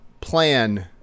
plan